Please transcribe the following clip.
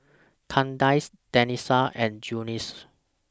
Kandice Denisha and Junious